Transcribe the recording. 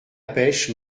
pêche